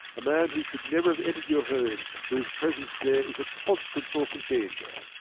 a man who should never have entered your home, for his presence there is a constant source of danger.